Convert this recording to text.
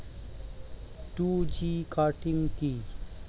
Two G cutting কি?